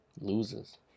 loses